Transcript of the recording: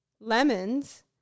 lemons